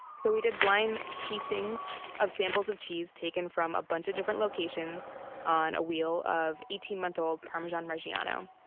so we did blind tastings of samples of cheese taken from a bunch of different locations on a wheel of eighteen month old parmigiano-reggiano,